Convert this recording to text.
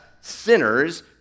Sinners